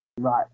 right